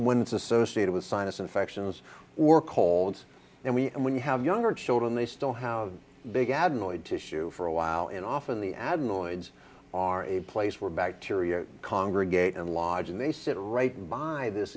when it's associated with sinus infections or colds and we and when you have younger children they still have big adenoid tissue for a while and often the adenoids are a place where bacteria congregate and lodge and they sit right in by this